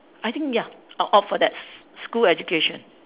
I think ya I'll opt for that school education